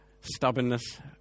stubbornness